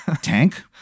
tank